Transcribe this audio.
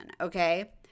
Okay